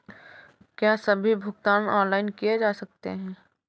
क्या सभी भुगतान ऑनलाइन किए जा सकते हैं?